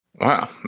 Wow